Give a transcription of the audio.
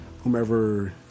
whomever